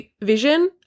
vision